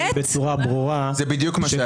זה בדיוק מה שהיה.